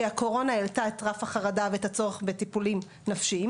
כי הקורונה העלתה את רף החרדה ואת הצורך בטיפולים נפשיים.